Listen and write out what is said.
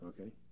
okay